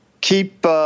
Keep